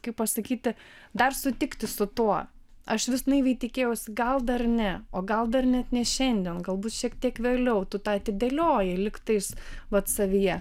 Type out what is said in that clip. kaip pasakyti dar sutikti su tuo aš vis naiviai tikėjausi gal dar ne o gal dar net ne šiandien galbūt šiek tiek vėliau tu tą atidėlioji lygtais vat savyje